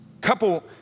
couple